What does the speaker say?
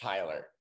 Tyler